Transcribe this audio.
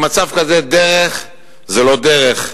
במצב כזה דרך זה לא דרך,